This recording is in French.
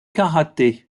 karaté